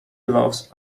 loves